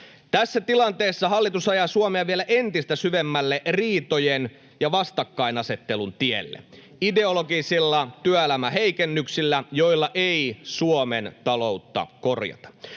Tässä tilanteessa hallitus ajaa Suomea vielä entistä syvemmälle riitojen ja vastakkainasettelun tielle ideologisilla työelämäheikennyksillä, joilla ei Suomen taloutta korjata.